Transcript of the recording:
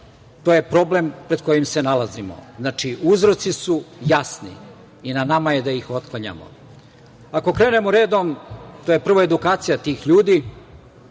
je problem pred kojim se nalazimo. Uzroci su jasni i na nama je da ih otklanjamo. Ako krenemo redom, to je prvo edukacija tih ljudi,